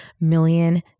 million